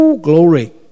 Glory